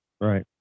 Right